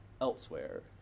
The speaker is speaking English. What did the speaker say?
elsewhere